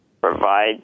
provide